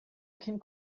can